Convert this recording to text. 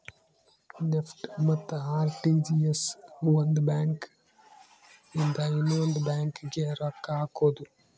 NEFT ಮತ್ತ RTGS ಒಂದ್ bank ಇಂದ ಇನ್ನೊಂದು ಬ್ಯಾಂಕ್ ಗೆ ರೊಕ್ಕ ಹಕೋದು